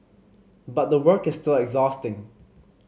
but the work is still exhausting